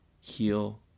heal